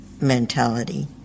mentality